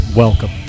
Welcome